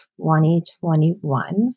2021